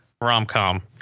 rom-com